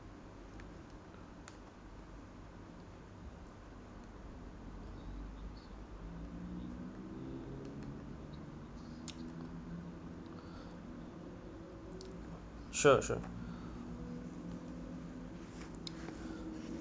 sure sure